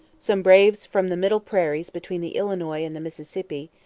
some braves from the middle prairies between the illinois and the mississippi,